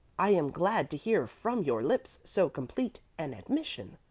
i am glad to hear from your lips so complete an admission,